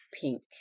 pink